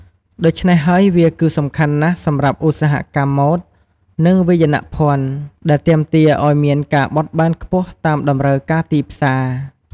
ដូច្នេះហើយវាគឺសំខាន់ណាស់សម្រាប់ឧស្សាហកម្មម៉ូដ និងវាយនភ័ណ្ឌ ដែលទាមទារអោយមានការបត់បែនខ្ពស់តាមតម្រូវការទីផ្សារ។